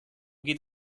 geht